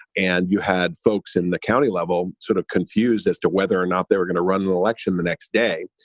and you had folks in the county level sort of confused as to whether or not they were going to run the election the next day.